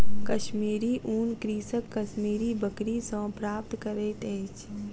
कश्मीरी ऊन कृषक कश्मीरी बकरी सॅ प्राप्त करैत अछि